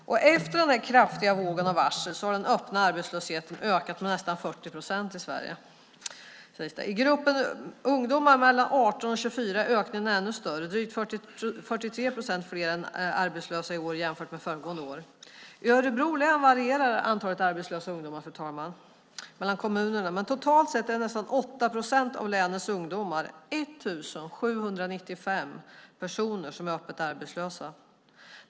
Efter den kraftiga vågen av varsel har den öppna arbetslösheten ökat med nästan 40 procent i Sverige. I gruppen ungdomar mellan 18 och 24 år är ökningen ännu större. Drygt 43 procent fler är arbetslösa i år jämfört med föregående år. I Örebro län varierar antalet arbetslösa ungdomar mellan kommunerna, men totalt är nästan 8 procent av länets ungdomar, 1 795 personer, öppet arbetslösa.